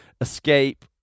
escape